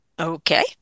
Okay